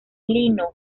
lino